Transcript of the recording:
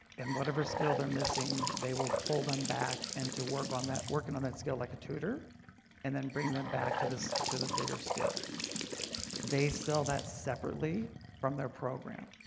and whatever skill they're missing they will pull them back and to work on that working on that skill like a tutor and then bring them back to this to the bigger skill they sell that separately from their program.